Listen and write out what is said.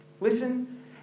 Listen